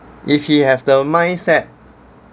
if he have the mindset